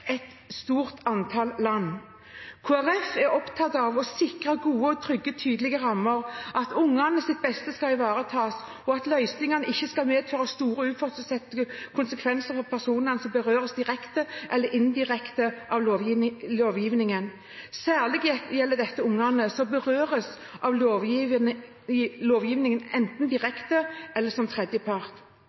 et stort antall land. Kristelig Folkeparti er opptatt av å sikre gode, trygge og tydelige rammer, at ungenes beste skal ivaretas, og at løsningene ikke skal medføre store og uforutsette konsekvenser for personene som berøres direkte eller indirekte av lovgivningen. Særlig gjelder dette ungene som berøres av lovgivningen, enten direkte eller som tredjepart.